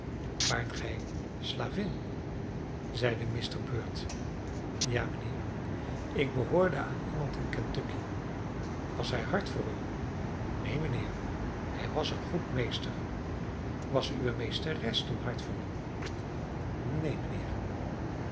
waart gij slavin zeide mr bird ja mijnheer ik behoorde aan iemand in kentucky was hij hard voor u neen mijnheer hij was een goed meester was uwe meesteres dan hard voor u neen mijnheer